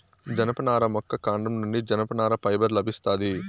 జనపనార మొక్క కాండం నుండి జనపనార ఫైబర్ లభిస్తాది